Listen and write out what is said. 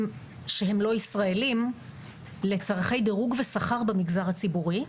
שהם לא ישראלים לצרכי דירוג ושכר במגזר הציבורי.